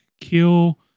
kill